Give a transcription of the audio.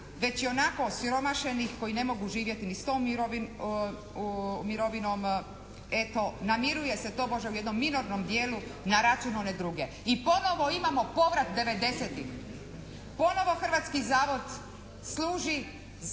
već i onako osiromašenih koji ne mogu živjeti ni s tom mirovinom. Eto namiruje se u tobože jednom minornom djelu na račun one druge. I ponovo imamo povrat '90.-tih. Ponovo hrvatski zavod služi kao